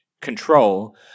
control